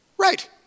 Right